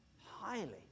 highly